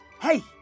Hey